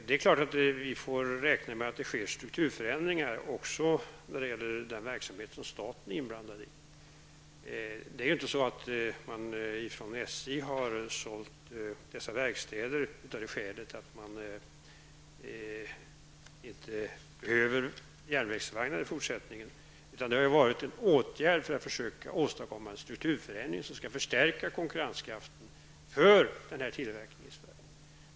Det är klart att vi får räkna med att det sker Strukturförändringar också när det gäller den verksamhet som staten är inblandad i. SJ har inte sålt dessa verkstäder på grund av att man inte behöver järnvägsvagnar i fortsättningen, utan det har varit en åtgärd för att man skall försöka åstadkomma en strukturförändring som skall förstärka konkurrenskraften för denna tillverkning i Sverige.